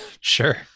Sure